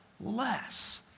less